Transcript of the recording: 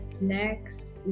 next